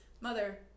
mother